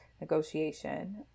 negotiation